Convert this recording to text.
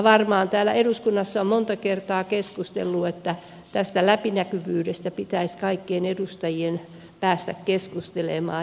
varmaan täällä eduskunnassa on monta kertaa keskusteltu että tästä läpinäkyvyydestä pitäisi kaikkien edustajien päästä keskustelemaan